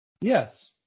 Yes